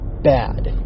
bad